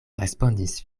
respondis